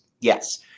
Yes